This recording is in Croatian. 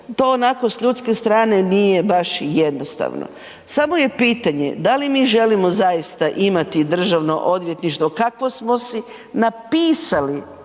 to onako s ljudske strane nije baš jednostavno. Samo je pitanje da li mi želimo zaista imati Državno odvjetništvo kako smo si napisali